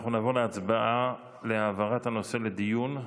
אנחנו נעבור להצבעה על העברת הנושא לדיון,